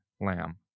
lamb